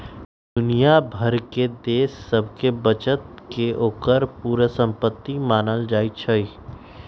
दुनिया भर के देश सभके बचत के ओकर पूरे संपति मानल जाइ छइ